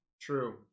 True